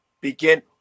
begin